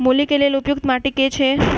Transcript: मूली केँ लेल उपयुक्त माटि केँ छैय?